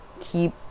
keep